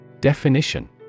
Definition